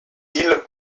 îles